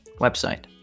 website